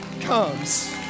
comes